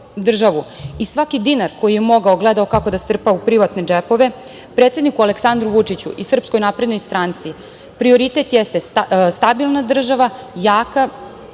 i svaki dinar koji je mogao gledao kako da strpa u privatne džepove, predsedniku Aleksandru Vučiću i SNS prioritet jeste stabilna država, jaka